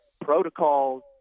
protocols